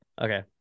Okay